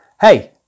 Hey